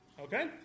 Okay